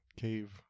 cave